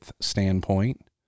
standpoint